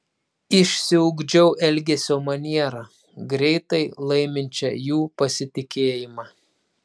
išsiugdžiau elgesio manierą greitai laiminčią jų pasitikėjimą